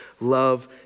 love